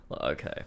Okay